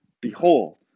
behold